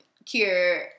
cure